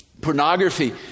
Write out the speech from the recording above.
Pornography